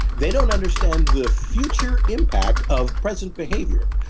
they don't understand the future impact of present behavior.